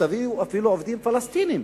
שתביאו אפילו עובדים פלסטינים.